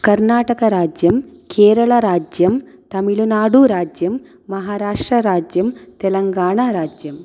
कर्नाटकराज्यम् केरलाराज्यम् तमिलनाडुराज्यम् महाराष्ट्रराज्यम् तेलङ्गाणाराज्यम्